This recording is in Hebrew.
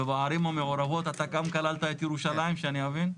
ובערים המעורבות אתה גם כללת את ירושלים אני מבין?